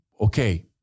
okay